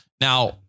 Now